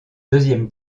deuxième